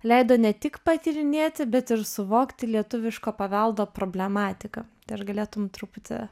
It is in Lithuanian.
leido ne tik patyrinėti bet ir suvokti lietuviško paveldo problematiką tai ar galėtum truputį